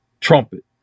trumpet